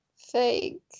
fake